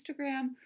Instagram